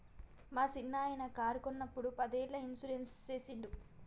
మా సిన్ననాయిన కారు కొన్నప్పుడు పదేళ్ళ ఇన్సూరెన్స్ సేసిండు